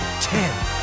ten